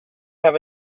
have